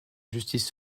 justice